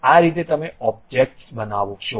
આ રીતે તમે ઓબ્જેક્ટ્સ બનાવશો